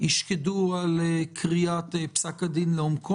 ישקדו על קריאת פסק הדין לעומק.